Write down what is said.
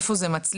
איפה זה מצליח,